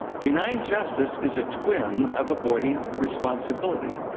denying justice is a twin of avoiding responsibility.